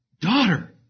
Daughter